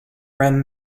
ran